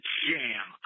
jam